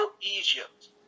Egypt